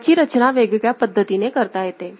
याची रचना वेगवेगळ्या पद्धतीने करता येते